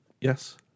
yes